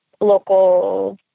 local